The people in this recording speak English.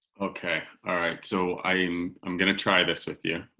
okay, alright so i'm i'm gonna try this with you.